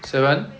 seven